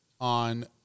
On